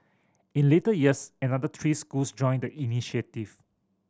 in later years another three schools joined the initiative